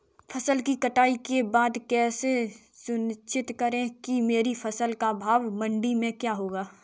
फसल की कटाई के बाद कैसे सुनिश्चित करें कि मेरी फसल का भाव मंडी में क्या होगा?